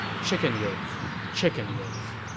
chicken ribs chicken ribs.